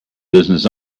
business